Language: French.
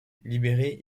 libéré